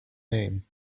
name